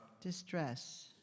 distress